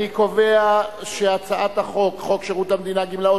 אני קובע שהצעת חוק שירות המדינה (גמלאות)